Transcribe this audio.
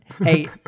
Hey